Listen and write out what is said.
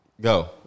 Go